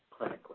clinically